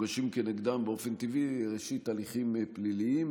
נפתחים נגדם באופן טבעי הליכים פליליים,